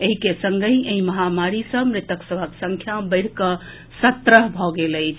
एहि के संगहि एहि महामारी सँ मृतक सभक संख्या बढ़ि कऽ सत्रह भऽ गेल अछि